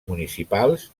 municipals